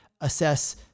assess